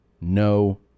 no